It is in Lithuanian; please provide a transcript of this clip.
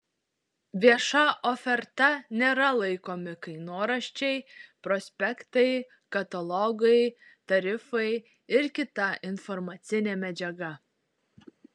vieša oferta nėra laikomi kainoraščiai prospektai katalogai tarifai ir kita informacinė medžiaga